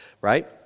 right